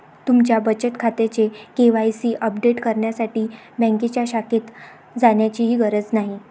तुमच्या बचत खात्याचे के.वाय.सी अपडेट करण्यासाठी बँकेच्या शाखेत जाण्याचीही गरज नाही